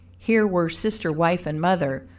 here were sister, wife and mother,